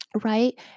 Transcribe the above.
Right